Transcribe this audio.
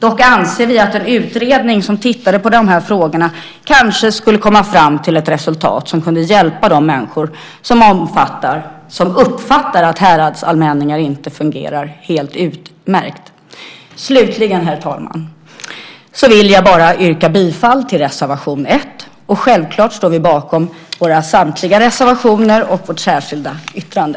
Dock anser vi att en utredning som tittar på dessa frågor kanske skulle komma fram till ett resultat som kan hjälpa de människor som uppfattar att häradsallmänningar inte fungerar helt utmärkt. Herr talman! Jag vill yrka bifall till reservation 1. Självklart står vi bakom våra samtliga reservationer och vårt särskilda yttrande.